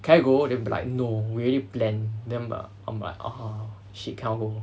can I go they be like no we already planned then I'm li~ I'm like oh shit cannot go